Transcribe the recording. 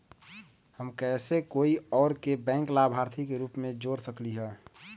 हम कैसे कोई और के बैंक लाभार्थी के रूप में जोर सकली ह?